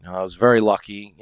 i was very lucky, you